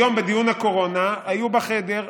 היום בדיון הקורונה היו בחדר,